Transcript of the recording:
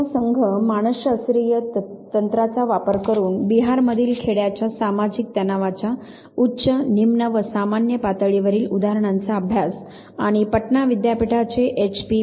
तिसरा संघ मानस शास्त्रीय तंत्राचा वापर करून बिहारमधील खेड्याच्या सामाजिक तणावाच्या उच्च निम्न व सामान्य पातळीवरील उदाहरणांचा अभ्यास" आणि पटना विद्यापीठाचे एच